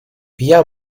bea